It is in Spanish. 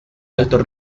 alto